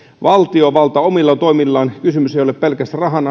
valtiovalta omilla toimillaan kysymys ei ole pelkästä rahan